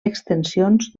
extensions